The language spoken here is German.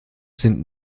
sind